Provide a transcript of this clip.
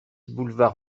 boulevard